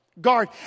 guard